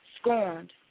scorned